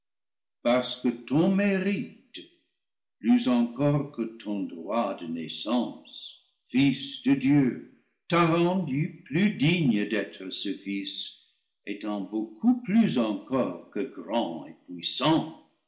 parce que ton mérite plus encore que ton droit de naissance fils de dieu t'a rendu plus digne d'être ce fils étant beaucoup plus encore que grand et puissant